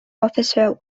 officer